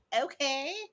okay